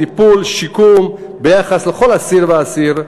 טיפול ושיקום ביחס לכל אסיר ואסיר,